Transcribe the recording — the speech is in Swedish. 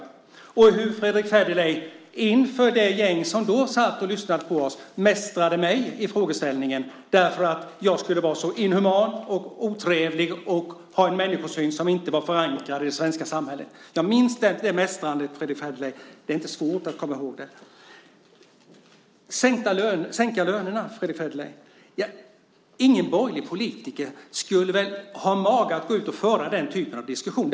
Jag minns hur Fredrick Federley inför det gäng som då satt och lyssnade på oss mästrade mig i frågeställningen därför att jag skulle vara så inhuman och otrevlig och ha en människosyn som inte var förankrad i det svenska samhället. Jag minns det mästrandet, Fredrick Federley! Det är inte svårt att komma ihåg det. Det talas om att sänka lönerna, Fredrick Federley. Ingen borgerlig politiker skulle väl ha mage att gå ut och föra den typen av diskussion.